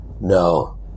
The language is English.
No